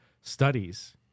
studies